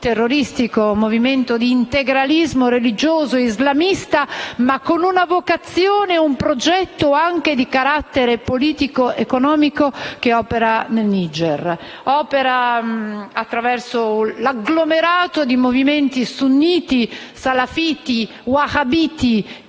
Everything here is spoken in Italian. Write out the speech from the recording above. terroristico, di integralismo religioso islamista, ma con una vocazione e un progetto anche di carattere politico economico, che opera in Nigeria, attraverso l'agglomerato di movimenti sunniti, salafiti, wahabiti